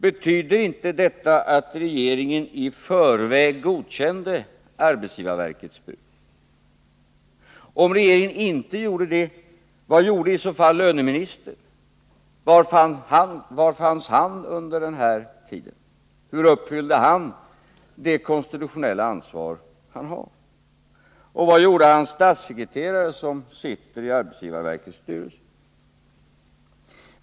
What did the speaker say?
Betyder inte detta att regeringen i förväg godkänt arbetsgi varverkets bud? Om regeringen inte gjorde det, vad gjorde i så fall löneministern? Var fanns han under den här tiden? Hur uppfyllde han det konstitutionella ansvar han har? Och vad gjorde hans statssekreterare som sitter i arbetsgivarverkets styrelse?